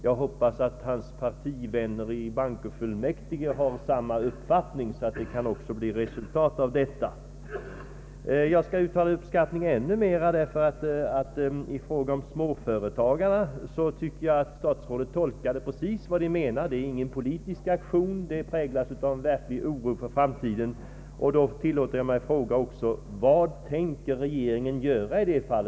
Jag hoppas att hans partivänner i bankofullmäktige har samma uppfattning, så att det också kan bli ett resultat därav. Jag skall uttala min uppskattning ännu mera därför att jag tycker att statsrådet i fråga om småföretagare tolkar det så som vi menar: det är ingen politisk aktion, det är präglat av oro för framtiden. Då tillåter jag mig fråga också: Vad tänker regeringen göra?